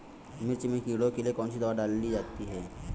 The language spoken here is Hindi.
मिर्च में कीड़ों के लिए कौनसी दावा डाली जाती है?